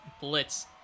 Blitz